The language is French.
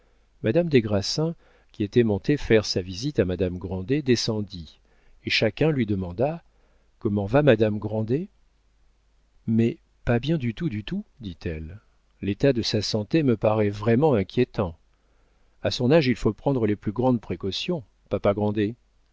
madame des grassins qui était montée faire sa visite à madame grandet descendit et chacun lui demanda comment va madame grandet mais pas bien du tout du tout dit-elle l'état de sa santé me paraît vraiment inquiétant a son âge il faut prendre les plus grandes précautions papa grandet